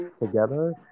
together